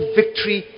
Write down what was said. victory